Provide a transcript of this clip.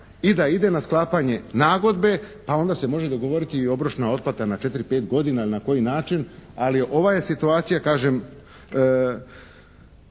i da ide na sklapanje nagodbe, a onda se može dogovoriti i obročna otplata na 4, 5 godina ili na koji način. Ali ova je situacija kažem